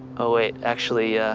oh, wait, actually, ah,